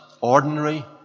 ordinary